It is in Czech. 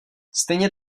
stejně